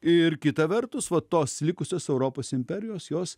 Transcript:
ir kita vertus vat tos likusios europos imperijos jos